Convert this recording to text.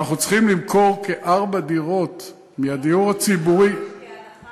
אנחנו צריכים למכור כארבע דירות מהדיור הציבורי ------ הנחה